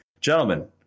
gentlemen